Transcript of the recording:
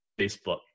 Facebook